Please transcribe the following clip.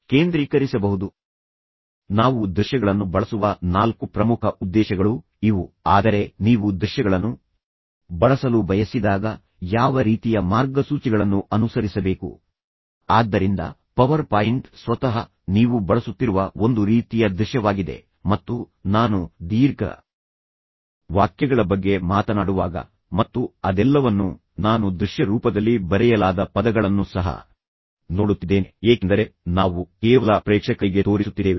ಆದ್ದರಿಂದ ನಾವು ದೃಶ್ಯಗಳನ್ನು ಬಳಸುವ ನಾಲ್ಕು ಪ್ರಮುಖ ಉದ್ದೇಶಗಳು ಇವು ಆದರೆ ನೀವು ನೀವು ದೃಶ್ಯಗಳನ್ನು ಬಳಸಲು ಬಯಸಿದಾಗ ಯಾವ ರೀತಿಯ ಮಾರ್ಗಸೂಚಿಗಳನ್ನು ಅನುಸರಿಸಬೇಕು ಆದ್ದರಿಂದ ಪವರ್ ಪಾಯಿಂಟ್ ಸ್ವತಃ ನೀವು ಬಳಸುತ್ತಿರುವ ಒಂದು ರೀತಿಯ ದೃಶ್ಯವಾಗಿದೆ ಮತ್ತು ನಾನು ದೀರ್ಘ ವಾಕ್ಯಗಳ ಬಗ್ಗೆ ಮಾತನಾಡುವಾಗ ಮತ್ತು ಅದೆಲ್ಲವನ್ನೂ ನಾನು ದೃಶ್ಯ ರೂಪದಲ್ಲಿ ಬರೆಯಲಾದ ಪದಗಳನ್ನು ಸಹ ನೋಡುತ್ತಿದ್ದೇನೆ ಏಕೆಂದರೆ ನಾವು ಕೇವಲ ಪ್ರೇಕ್ಷಕರಿಗೆ ತೋರಿಸುತ್ತಿದ್ದೇವೆ